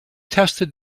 tested